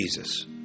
Jesus